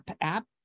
app